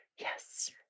Yes